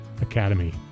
Academy